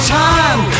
time